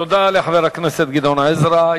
תודה לחבר הכנסת גדעון עזרא.